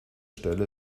stelle